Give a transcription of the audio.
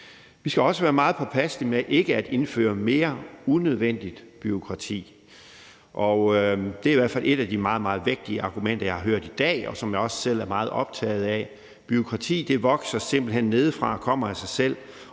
Vi skal også være meget påpasselige med at indføre mere unødvendigt bureaukrati, og det er i hvert fald et af de meget, meget vægtige argumenter, jeg har hørt i dag, og noget, som jeg også selv er meget optaget af. Bureaukrati vokser simpelt hen nedefra og kommer af sig selv,